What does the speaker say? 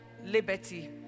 Liberty